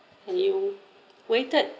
and you waited